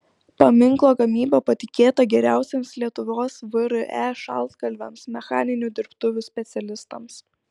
paminklo gamyba patikėta geriausiems lietuvos vre šaltkalviams mechaninių dirbtuvių specialistams